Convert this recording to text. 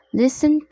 listen